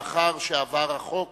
לאחר שעבר החוק